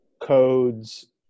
codes